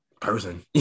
person